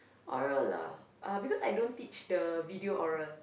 oral lah because I don't teach the video oral